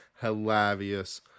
hilarious